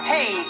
Hey